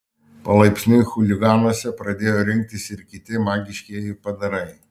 palaipsniui chuliganuose pradėjo rinktis ir kiti magiškieji padarai